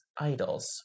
idols